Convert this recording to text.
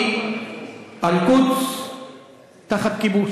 כי אל-קודס תחת כיבוש.